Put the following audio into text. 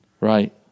Right